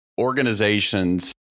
organizations